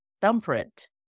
thumbprint